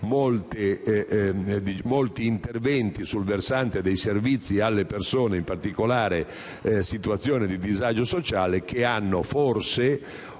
molti interventi sul versante dei servizi alle persone in particolare situazione di disagio sociale che hanno forse